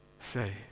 say